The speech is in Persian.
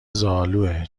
زالوئه